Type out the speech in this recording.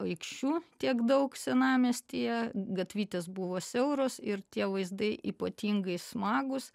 aikščių tiek daug senamiestyje gatvytės buvo siauros ir tie vaizdai ypatingai smagūs